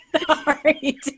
Sorry